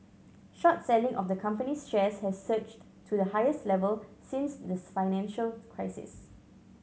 short selling of the company's shares has surged to the highest level since this financial crisis